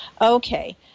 Okay